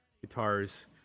guitars